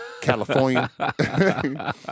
California